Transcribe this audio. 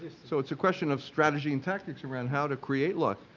so it's a question of strategy and tactics around how to create like